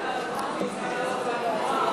70 בעד, אין מתנגדים, אין נמנעים.